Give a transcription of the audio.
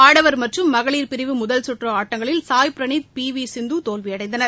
ஆடவர் மற்றும் மகளிர் பிரிவு முதல் கற்று ஆட்டங்களில் சாய் ப்ரணீத்தும் பி வி சிந்துவும் தோல்வியடைந்தனர்